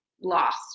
lost